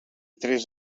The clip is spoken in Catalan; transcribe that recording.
tres